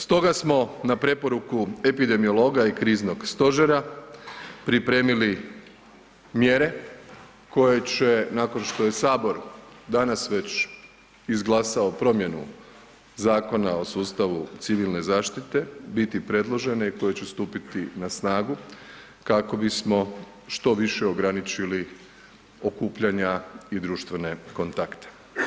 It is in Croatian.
Stoga smo na preporuku epidemiologa i Kriznog stožera pripremili mjere koje će nakon što je Sabor danas već izglasao promjenu Zakona o sustavu civilne zaštite biti predložene i koje će stupiti na snagu kako bismo što više ograničili okupljanja i društvene kontakte.